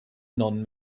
non